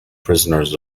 prisoners